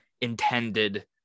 intended